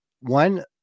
one